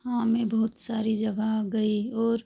हाँ मैं बहुत सारे जगह गई और